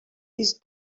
he’s